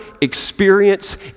experience